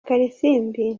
kalisimbi